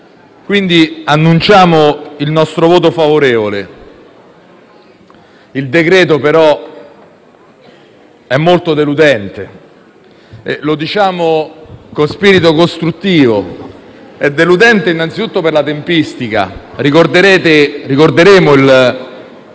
dichiarano il voto favorevole. Il decreto-legge però è molto deludente e lo diciamo con spirito costruttivo: è deludente innanzitutto per la tempistica. Ricorderemo